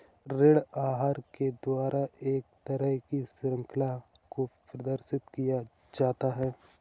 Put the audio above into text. ऋण आहार के द्वारा एक तरह की शृंखला को प्रदर्शित किया जाता है